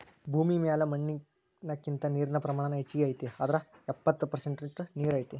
ಭೂಮಿ ಮ್ಯಾಲ ಮಣ್ಣಿನಕಿಂತ ನೇರಿನ ಪ್ರಮಾಣಾನ ಹೆಚಗಿ ಐತಿ ಅಂದ್ರ ಎಪ್ಪತ್ತ ಪರಸೆಂಟ ನೇರ ಐತಿ